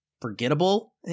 forgettable